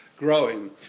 Growing